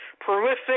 prolific